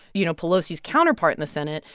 you know, pelosi's counterpart in the senate,